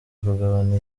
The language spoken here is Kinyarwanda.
kugabana